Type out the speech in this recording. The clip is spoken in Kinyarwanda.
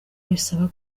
bisaba